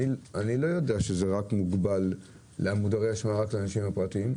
אני לא יודע שזה מוגבל רק לאנשים פרטיים.